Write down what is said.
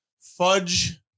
fudge